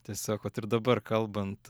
tiesiog vat ir dabar kalbant